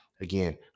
Again